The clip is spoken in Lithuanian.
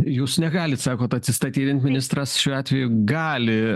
jūs negalit sakot atsistatydint ministras šiuo atveju gali